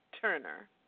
Turner